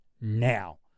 now